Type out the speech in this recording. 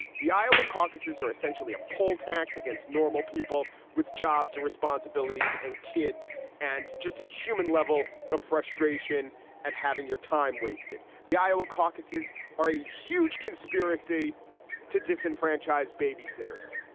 the iowa caucuses are essentially a poll tax against normal people with jobs and responsibilities and kids and just a human level of frustration at having your time wasted. the iowa caucuses are a huge conspiracy to disenfranchise sitters.